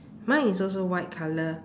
mine is also white colour